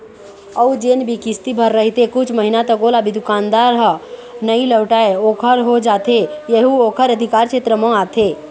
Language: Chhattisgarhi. अउ जेन भी किस्ती भर रहिथे कुछ महिना तक ओला भी दुकानदार ह नइ लहुटाय ओखर हो जाथे यहू ओखर अधिकार छेत्र म आथे